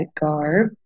garb